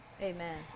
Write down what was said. Amen